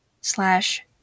slash